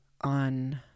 on